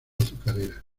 azucarera